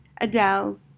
Adele